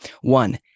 One